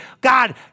God